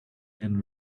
and